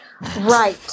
right